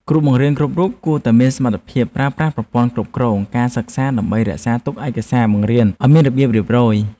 គ្រូបង្រៀនគ្រប់រូបគួរតែមានសមត្ថភាពប្រើប្រាស់ប្រព័ន្ធគ្រប់គ្រងការសិក្សាដើម្បីរក្សាទុកឯកសារបង្រៀនឱ្យមានរបៀបរៀបរយ។